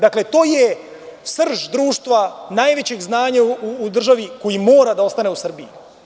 Dakle, to je srž društva, najveće znanje u državi koje mora da ostane u Srbiji.